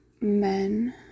men